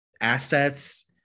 assets